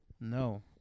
No